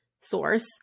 source